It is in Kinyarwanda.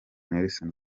nelson